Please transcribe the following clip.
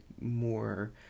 more